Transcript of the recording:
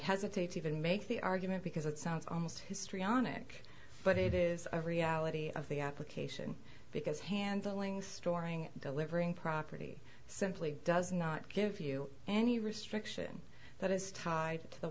hesitate to even make the argument because it sounds almost histrionic but it is a reality of the application because handling storing delivering property simply does not give you any restriction that is tied to the